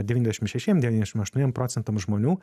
devyniasdešim šešiem devyniasdešim aštuoniem procentam žmonių